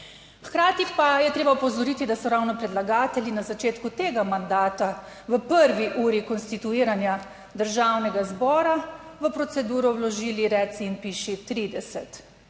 Hkrati pa je treba opozoriti, da so ravno predlagatelji na začetku tega mandata v prvi uri konstituiranja Državnega zbora v proceduro vložili, reci in piši 30